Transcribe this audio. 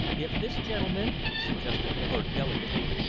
if this gentleman? suggested the clerk delicately.